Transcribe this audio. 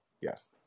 Yes